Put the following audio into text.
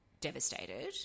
devastated